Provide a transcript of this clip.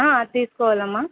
తీసుకోవాలమ్మా